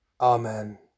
Amen